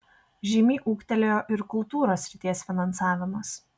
žymiai ūgtelėjo ir kultūros srities finansavimas